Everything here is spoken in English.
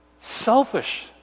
selfish